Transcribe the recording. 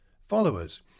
followers